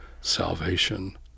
salvation